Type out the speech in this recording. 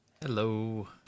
Hello